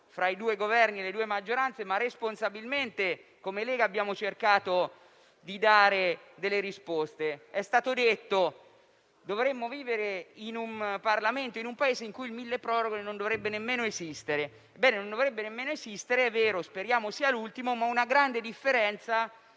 fra i due Governi e le due maggioranze, ma responsabilmente come Lega abbiamo cercato di dare delle risposte. È stato detto: dovremmo vivere in un Parlamento e in un Paese in cui il milleproroghe non dovrebbe nemmeno esistere. È vero, speriamo sia l'ultimo, ma presenta una grande differenza